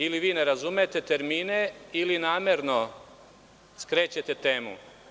Ili vi ne razumete termine ili namerno skrećete temu.